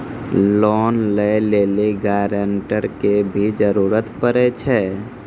Loan लै लेली guarantor के भी जरूरी पड़ै छै?